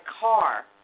car